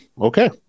Okay